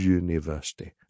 university